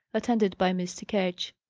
attended by mr. ketch.